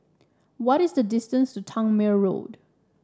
what is the distance to Tangmere Road